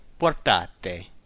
portate